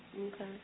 Okay